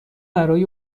برای